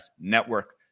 network